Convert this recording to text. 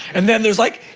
and then, there's like,